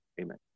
Amen